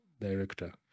director